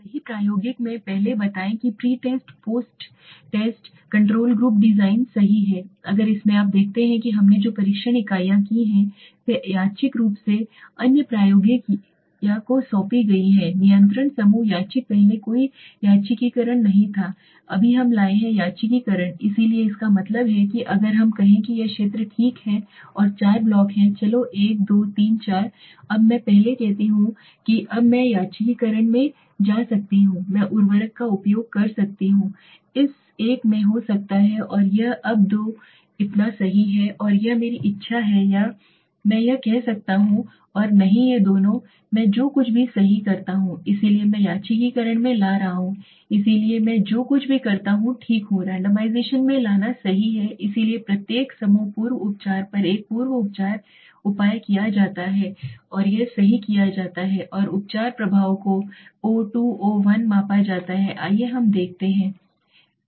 सही प्रायोगिक में पहले बताएं कि pre test post test control group design सही है अगर इसमें आप देखते हैं कि हमने जो परीक्षण इकाइयां की हैं वे यादृच्छिक रूप से अन्य प्रायोगिक या को सौंपी गई हैं नियंत्रण समूह यादृच्छिक पहले कोई यादृच्छिकरण नहीं था अभी हम लाए हैं यादृच्छिककरण इसलिए इसका मतलब है कि अगर हम कहें कि यह क्षेत्र ठीक है और चार ब्लॉक हैं चलो एक दो तीन चार अब मैं पहले कहता हूं अब मैं यादृच्छिकरण में ला सकता हूं मैं उर्वरक का उपयोग कर सकता हूं इस एक में हो सकता है और यह एक अब यह दो इतना सही है तो यह मेरी इच्छा है या मैं यह कर सकता हूं और नहीं ये दोनों मैं जो कुछ भी सही करता हूं इसलिए मैं यादृच्छिकरण में ला रहा हूं इसलिए मैं जो कुछ भी करता हूं ठीक हूं रैंडमाइजेशन में लाना सही है इसलिए प्रत्येक समूह पूर्व उपचार पर एक पूर्व उपचार उपाय किया जाता है यह सही किया गया है और उपचार प्रभाव को o2 o1 मापा जाता है आइए हम इसे देखते हैं